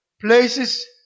places